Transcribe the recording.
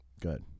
Good